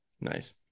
nice